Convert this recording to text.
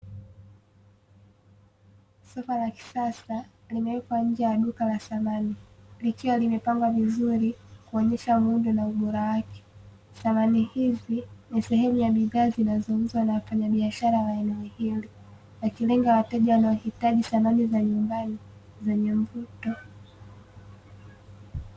Sofa la kisasa limewekwa nje ya duka la samani, likiwa limepambwa vizuri kuonyesha muundo na ubora wake. Samani hizi ni sehemu ya bidhaa zinazouzwa na wafanyabiashara wa eneo hili, wakilenga wateja wanaohitaji samani za nyumbani zenye mvuto.